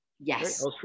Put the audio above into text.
Yes